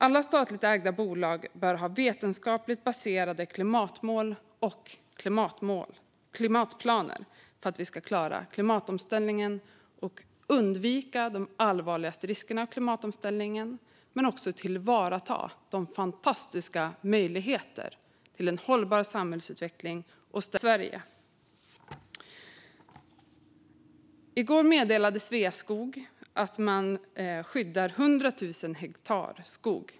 Alla statligt ägda bolag bör ha vetenskapligt baserade klimatmål och klimatplaner för att vi ska klara klimatomställningen, undvika de allvarligaste riskerna i klimatomställningen och även tillvarata de fantastiska möjligheterna till en hållbar samhällsutveckling och stärkt konkurrenskraft för Sverige. I går meddelade Sveaskog att man ska skydda 100 000 hektar skog.